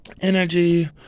energy